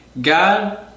God